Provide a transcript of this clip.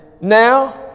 Now